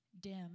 dim